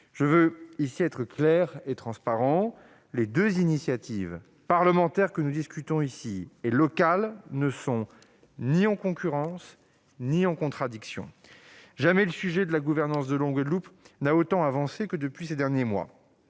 Je veux ici être clair et transparent : les deux initiatives, l'initiative parlementaire que nous discutons ici et l'initiative locale, ne sont ni en concurrence ni en contradiction. Jamais la question de la gouvernance de l'eau en Guadeloupe n'a autant avancé que depuis ces derniers mois.